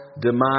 demise